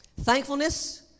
Thankfulness